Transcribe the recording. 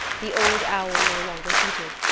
the old owl no longer hooted,